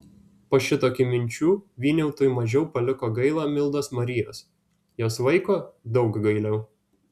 po šitokių minčių vyniautui mažiau paliko gaila mildos marijos jos vaiko daug gailiau